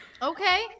Okay